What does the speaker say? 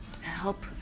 help